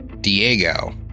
Diego